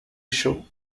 show